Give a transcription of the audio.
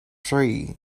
three